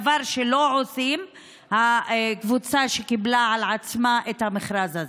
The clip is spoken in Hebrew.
דבר שלא עושים בקבוצה שקיבלה על עצמה את המכרז הזה.